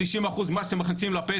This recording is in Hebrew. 90 אחוזים ממה שאתם מכניסים לפה,